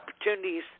opportunities